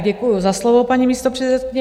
Děkuji za slovo, paní místopředsedkyně.